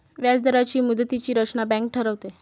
व्याजदरांची मुदतीची रचना बँक ठरवते